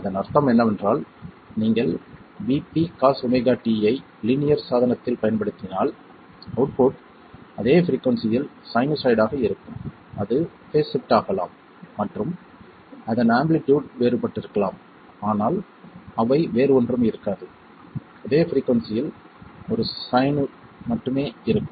அதன் அர்த்தம் என்னவென்றால் நீங்கள் VpCosωt ஐ லீனியர் சாதனத்தில் பயன்படுத்தினால் அவுட்புட் அதே பிரிக்குயின்சியில் சைனூசாய்டாக இருக்கும் அது பேஸ் ஷிப்ட் ஆகலாம் மற்றும் அதன் ஆம்ப்ளிடியூட் வேறுபட்டிருக்கலாம் ஆனால் அவை வேறு ஒன்றும் இருக்காது அதே பிரிக்குயின்சியில் ஒரு சைனாய்டு மட்டுமே இருக்கும்